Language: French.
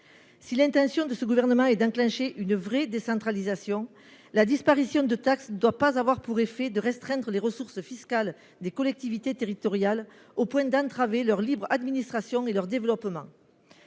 si l'intention de ce gouvernement et d'enclencher une vraie décentralisation la disparition de taxe doit pas avoir pour effet de restreindre les ressources fiscales des collectivités territoriales, au point d'entraver leur libre administration et leur développement.